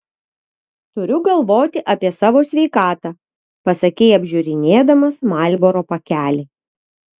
turiu galvoti apie savo sveikatą pasakei apžiūrinėdamas marlboro pakelį